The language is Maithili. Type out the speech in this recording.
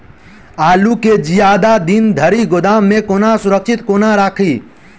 आलु केँ जियादा दिन धरि गोदाम मे कोना सुरक्षित कोना राखि?